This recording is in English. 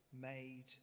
made